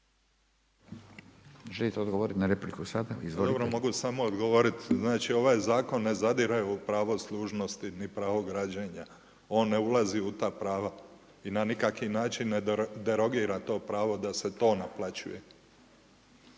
Želite li odgovoriti na repliku sada? Izvolite. **Mihotić, Tomislav** Dobro, mogu samo odgovorit. Znači, ovaj zakon ne zadire u pravo služnosti, ni pravo građenja. On ne ulazi u ta prava i na nikaki način ne derogira to pravo da se to naplaćuje.